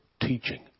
teaching